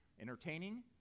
entertaining